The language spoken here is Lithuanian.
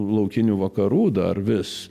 laukinių vakarų dar vis